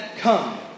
come